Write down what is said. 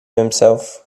himself